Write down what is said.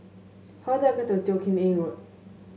how do I get to Teo Kim Eng Road